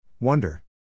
Wonder